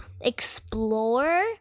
explore